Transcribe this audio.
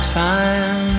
time